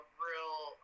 real